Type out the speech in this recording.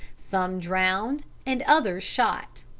some drowned and others shot.